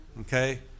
okay